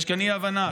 יש כאן אי-הבנה.